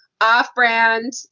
off-brand